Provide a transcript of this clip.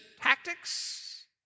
tactics